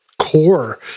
core